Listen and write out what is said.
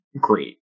great